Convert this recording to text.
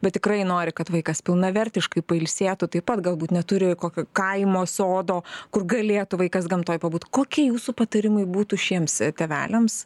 bet tikrai nori kad vaikas pilnavertiškai pailsėtų taip pat galbūt neturi kokio kaimo sodo kur galėtų vaikas gamtoj pabūt kokie jūsų patarimai būtų šiems tėveliams